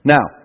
Now